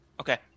Okay